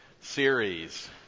series